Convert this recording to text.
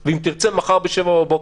או מחר ב-07:00 בבוקר.